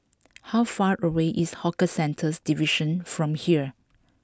how far away is Hawker Centres Division from here